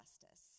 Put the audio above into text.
justice